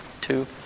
two